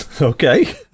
okay